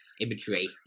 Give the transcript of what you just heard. imagery